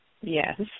Yes